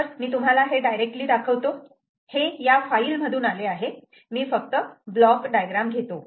तर मी तुम्हाला हे डायरेक्टली दाखवतो हे या फाईल मधून आले आहे मी फक्त ब्लॉक डायग्राम घेतो